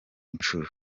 nshuro